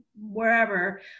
wherever